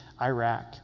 Iraq